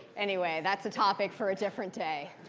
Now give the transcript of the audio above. anyway, that's a topic for a different day.